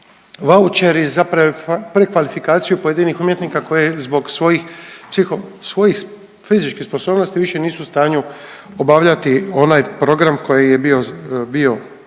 vaučeri za prekvalifikaciju pojedinih umjetnika koji zbog svojih psiho, svojih fizičkih sposobnosti više nisu u stanju obavljati onaj program koji je bio prije